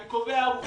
אני קובע עובדה.